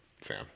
Sam